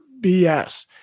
BS